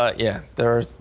ah yeah, there's.